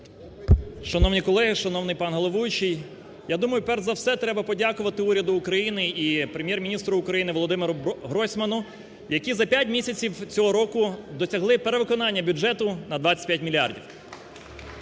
Шановні колеги! Шановний пан головуючий! Я думаю, перш за все, треба подякувати уряду України і Прем'єр-міністру України Володимиру Гройсману, які за 5 місяців цього року досягли перевиконання бюджету на 25 мільярдів.